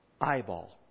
eyeball